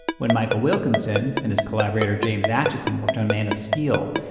when michael wilkinson and his collaborator james acheson worked on man of steel,